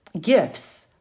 gifts